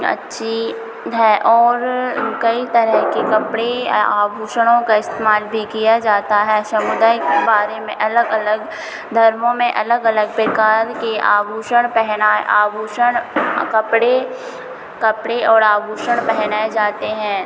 अच्छी है और कई तरह के कपड़े आभूषणों का इस्तेमाल भी किया जाता है समुदाय बारे में अलग अलग धर्मों में अलग अलग प्रकार के आभूषण पहना आभूषण कपड़े कपड़े और आभूषण पहनाए जाते हैं